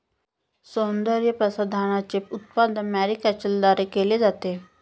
सौंदर्यप्रसाधनांचे उत्पादन मॅरीकल्चरद्वारे केले जाते